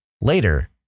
later